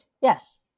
Yes